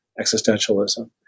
existentialism